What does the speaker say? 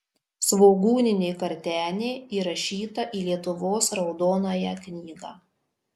svogūninė kartenė įrašyta į lietuvos raudonąją knygą